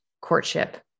courtship